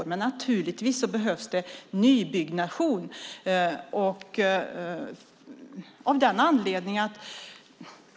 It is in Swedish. Det behövs naturligtvis också nybyggnation.